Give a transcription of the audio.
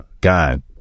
God